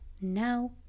Now